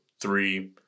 three